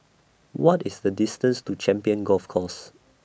What IS The distance to Champions Golf Course